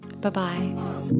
Bye-bye